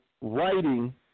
writing